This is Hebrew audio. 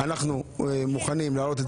אנחנו מוכנים להעלות את